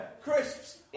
Crisps